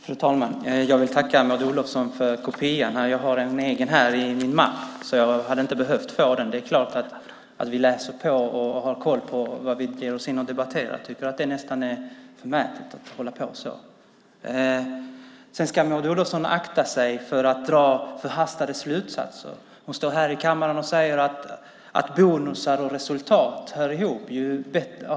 Fru talman! Jag vill tacka Maud Olofsson för kopian. Jag har en egen här i min mapp, så jag hade inte behövt få den. Det är klart att vi läser på och har koll på vad vi ger oss in och debatterar om. Det är nästan förmätet att hålla på så. Maud Olofsson ska akta sig för att dra förhastade slutsatser. Hon står här i kammaren och säger att bonusar och resultat hör ihop.